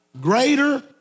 greater